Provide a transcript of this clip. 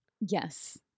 Yes